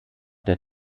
der